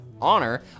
honor